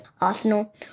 Arsenal